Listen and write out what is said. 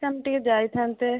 ma'am ଟିକେ ଯାଇଥାନ୍ତେ